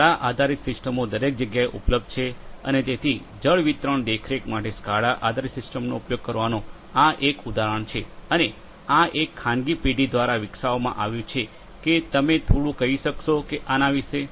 જેથી સ્કાડા આધારિત સિસ્ટમો દરેક જગ્યાએ ઉપલબ્ધ છે અને તેથી જળ વિતરણ દેખરેખ માટે સ્કાડા આધારિત સિસ્ટમનો ઉપયોગ કરવાનો આ એક ઉદાહરણ છે અને આ એક ખાનગી પેઢી દ્વારા વિકસાવવામાં આવ્યું છે કે તમે થોડું શું કહી શકો છો આના વિશે